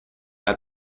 alla